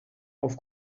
auf